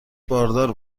باردار